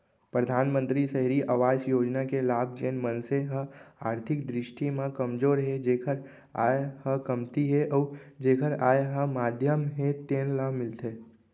परधानमंतरी सहरी अवास योजना के लाभ जेन मनसे ह आरथिक दृस्टि म कमजोर हे जेखर आय ह कमती हे अउ जेखर आय ह मध्यम हे तेन ल मिलथे